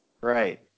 right